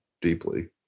deeply